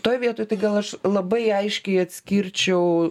toj vietoj tai gal aš labai aiškiai atskirčiau